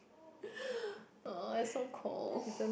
I so cold